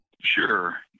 Sure